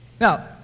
Now